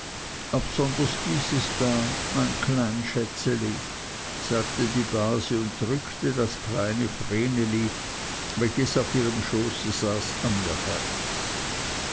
absonders dieses da mein klein schätzeli sagte die base und drückte das kleine vreneli welches auf ihrem schoße saß an ihr herz